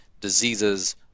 diseases